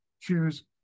choose